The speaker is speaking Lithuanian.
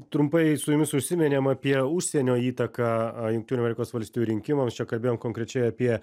trumpai su jumis užsiminėm apie užsienio įtaką jungtinių amerikos valstijų rinkimams čia kalbėjom konkrečiai apie